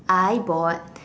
I bought